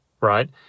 right